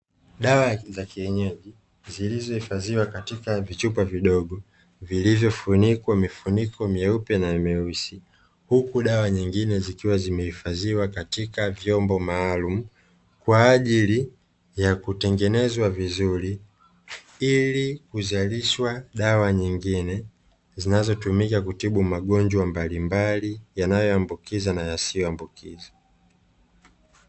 Dawa za kienyeji zilizohifadhiwa katika vichupa vidogo, vilivyofunikwa mifuniko meupe na mieusi, huku dawa nyingine zikiwa zimehifadhiwa katika vyombo maalumu, kwa ajili ya kutengenezwa vizuri ili kuzalishwa dawa nyingine, zinazotumika kutibu magonjwa mbalimbali yanayoambukiza na yasiyoambukizwa.